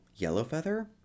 Yellowfeather